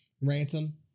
ransom